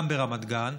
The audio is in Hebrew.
גם ברמת גן,